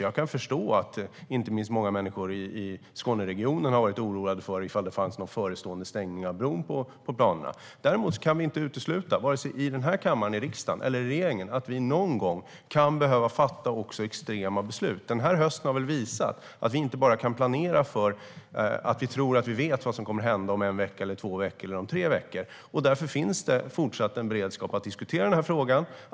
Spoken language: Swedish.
Jag kan förstå att många människor, inte minst i Skåneregionen, har varit oroliga och undrat om det finns någon förestående stängning av bron i planerna. Däremot kan vi inte utesluta, vare sig här i riksdagen eller i regeringen, att vi någon gång kan behöva fatta också extrema beslut. Den här hösten har visat att vi inte bara kan planera för att vi tror att vi vet vad som kommer att hända om en vecka, två veckor eller tre veckor. Därför finns det fortsatt en beredskap att diskutera den här frågan.